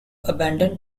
abandoned